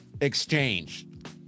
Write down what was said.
exchange